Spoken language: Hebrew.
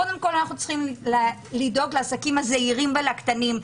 קודם כול צריך לדאוג לעסקים הזעירים ולקטנים,